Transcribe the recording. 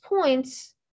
points